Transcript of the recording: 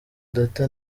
data